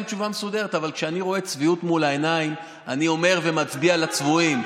אבל כשאני רואה צביעות מול העיניים אני אומר ומצביע על הצבועים,